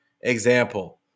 example